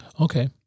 Okay